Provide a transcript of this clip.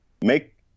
make